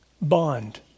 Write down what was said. bond